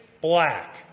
black